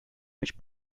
which